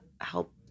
help